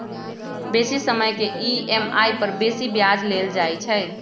बेशी समय के ई.एम.आई पर बेशी ब्याज लेल जाइ छइ